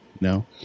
No